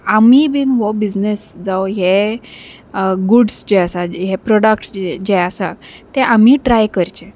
आमीय बीन हो बिझनेस जावं हे गुड्स जे आसा हे प्रोडक्ट्स जे आसा ते आमी ट्राय करचे